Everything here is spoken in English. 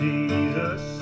Jesus